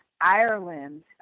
Ireland